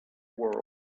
world